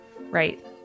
Right